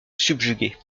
subjuguer